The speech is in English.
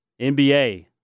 NBA